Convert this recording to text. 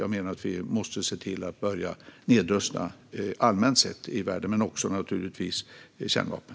Jag menar att vi måste se till att börja nedrusta allmänt sett i världen. Det gäller naturligtvis också kärnvapen.